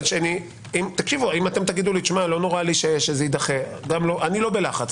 אם אתם תגידו שלא נורא שזה יידחה אני לא בלחץ.